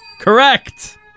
Correct